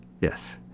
yes